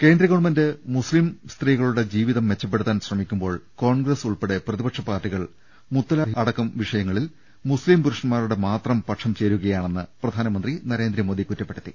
കേന്ദ്രം മുസ്തിം സ്ത്രീകളുടെ ജീവിതം മെച്ചപ്പെടുത്താൻ ശ്രമിക്കുമ്പോൾ കോൺഗ്രസ് ഉൾപ്പെടെ പ്രതിപക്ഷ പാർട്ടി കൾ മുതലാഖ് അടക്കം വിഷയങ്ങളിൽ മുസ്ലിം പുരുഷ ന്മാരുടെ മാത്രം പക്ഷം ചേരുകയാണെന്ന് പ്രധാനമന്ത്രി നരേന്ദ്ര മോദി കുറ്റപ്പെടുത്തി